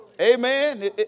Amen